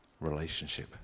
relationship